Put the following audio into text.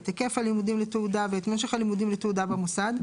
את היקף הלימודים לתעודה ואת משך הלימודים לתעודה במוסד,